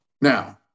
now